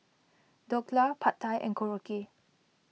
Dhokla Pad Thai and Korokke